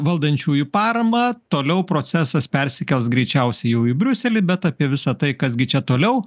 valdančiųjų paramą toliau procesas persikels greičiausiai jau į briuselį bet apie visa tai kas gi čia toliau